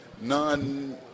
None